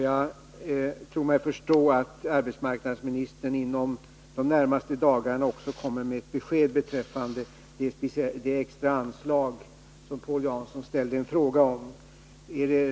Jag tror mig förstå att arbetsmarknadsministern inom de närmaste dagarna kommer med ett besked beträffande det extra anslag som Paul Jansson ställde en fråga om.